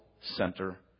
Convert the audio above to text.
center